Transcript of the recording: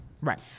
Right